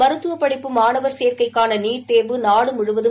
மருத்துவ படிப்பு மாணவர் சேர்க்கைக்கான நீட் தேர்வு நாடு முழுவதும்